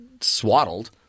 swaddled